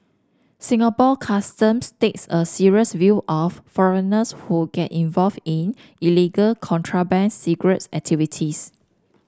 Singapore Customs takes a serious view of foreigners who get involve in illegal contraband cigarette activities